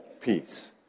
peace